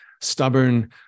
stubborn